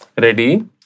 Ready